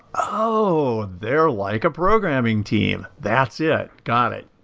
oh, they're like a programming team. that's it. got it.